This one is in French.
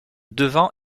devant